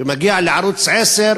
ומגיע לערוץ 10,